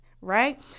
right